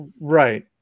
Right